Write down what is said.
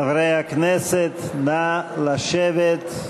חברי הכנסת, נא לשבת.